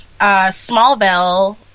Smallville